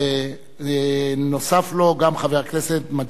נוסף עליו חבר הכנסת מגלי והבה,